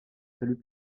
salut